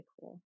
cool